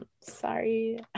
sorry